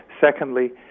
Secondly